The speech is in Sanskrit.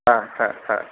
हा हा हा